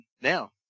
now